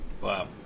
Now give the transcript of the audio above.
Wow